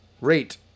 rate